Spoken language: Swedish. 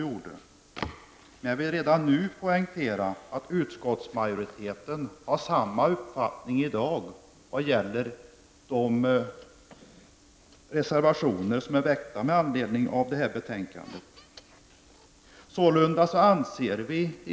Men jag vill redan nu poängtera att utskottsmajoriteten har samma uppfattning i dag när det gäller de reservationer som är väckta med anledning av betänkandet.